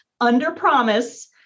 under-promise